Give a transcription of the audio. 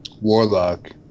warlock